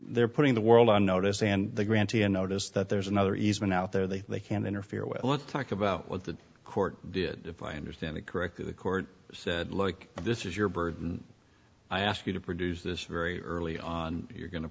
they're putting the world on notice and the grantee a notice that there's another easement out there that they can interfere with let's talk about what the court did if i understand it correctly the court said like this is your burden i ask you to produce this very early on you're go